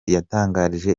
yatangarije